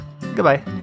Goodbye